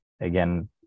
again